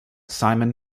simon